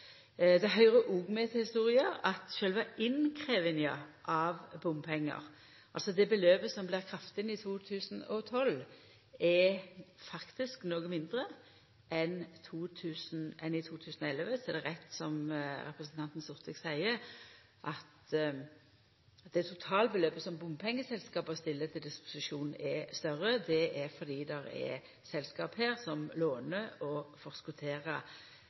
til historia at sjølve innkrevjinga av bompengar, altså det beløpet som vart kravd inn i 2012, faktisk er noko mindre enn i 2011. Så er det rett, som representanten Sortevik seier, at det totalbeløpet som bompengeselskapa stiller til disposisjon, er større. Det er fordi det er selskap som låner og forskotterer utgifter. Eg kjem ikkje til å